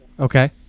Okay